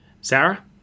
Sarah